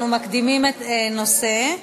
אנחנו מקדימים נושא,